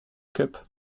cup